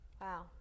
Wow